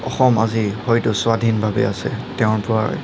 অসম আজি হয়তো স্বাধীনভাৱে আছে তেওঁৰ পৰাই